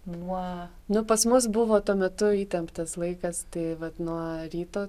nuo nu pas mus buvo tuo metu įtemptas laikas tai vat nuo ryto